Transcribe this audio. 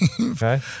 Okay